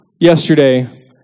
yesterday